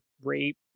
rape